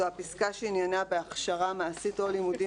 זו הפסקה שעניינה ב"הכשרה מעשית או לימודים